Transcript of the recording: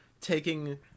taking